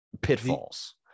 pitfalls